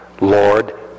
Lord